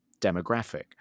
demographic